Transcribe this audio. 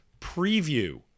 Preview